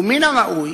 ומן הראוי